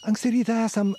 anksti rytą esam